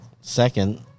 second